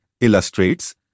illustrates